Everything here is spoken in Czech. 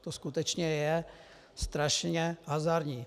To je skutečně strašně hazardní.